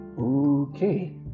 okay